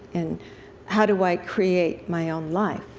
and how do i create my own life?